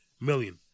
million